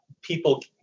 people